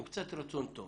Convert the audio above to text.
עם קצת רצון טוב